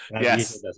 Yes